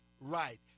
right